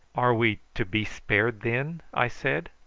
are we to be spared, then? i said.